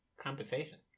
compensation